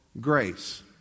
grace